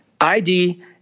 ID